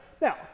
Now